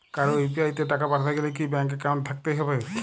কারো ইউ.পি.আই তে টাকা পাঠাতে গেলে কি ব্যাংক একাউন্ট থাকতেই হবে?